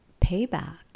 payback